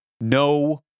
No